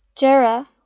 Jera